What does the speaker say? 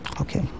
Okay